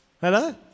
Hello